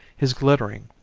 his glittering,